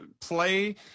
play